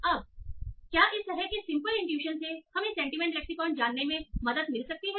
अब क्या इस तरह के सिंपल इनट्यूशन से हमें सेंटीमेंट लेक्सीकौन जानने में मदद मिल सकती है